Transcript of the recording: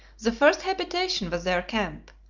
the first habitation was their camp,